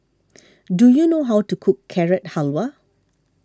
do you know how to cook Carrot Halwa